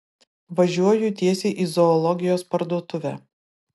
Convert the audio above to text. važiuoju tiesiai į zoologijos parduotuvę